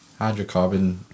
hydrocarbon